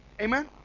Amen